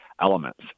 elements